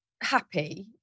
happy